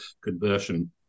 conversion